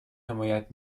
حمایت